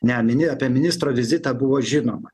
ne mini apie ministro vizitą buvo žinoma